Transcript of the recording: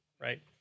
right